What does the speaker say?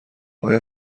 آیا